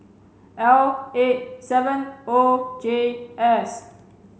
L eight seven O J S